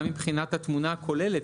גם מבחינת התמונה הכוללת,